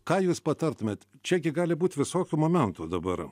ką jūs patartumėt čia gi gali būt visokių momentų dabar